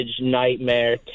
nightmare